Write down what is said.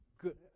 good